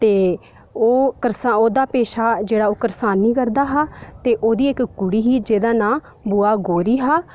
ते ओह् करसान ओह्दा पेशा जेह्ड़ा हा ओह् करसानी करदा हा ते ओह्दी इक्क कुड़ी ही जेह्दा नांऽ बूआ कौड़ी हा